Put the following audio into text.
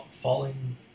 Falling